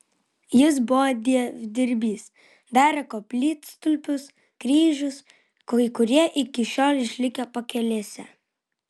jis buvo dievdirbys darė koplytstulpius kryžius kai kurie iki šiol išlikę pakelėse